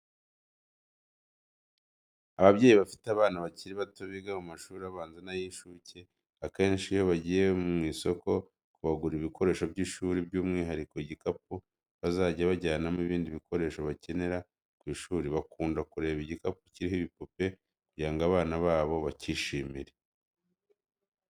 Ababyeyi bafite abana bakiri bato biga mu mashuri abanza n'ay'inshuke, akenshi iyo bagiye mu isoko kubagurira ibikoresho by'ishuri by'umwuhariko igikapu bazajya bajyanamo ibindi bikoresho bakenera ku ishuri, bakunda kureba igikapu kiriho ibipupe kugira ngo abana babo bacyishimire.